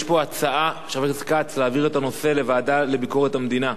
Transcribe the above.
יש פה הצעה של חבר הכנסת כץ להעביר את הנושא לוועדה לביקורת המדינה.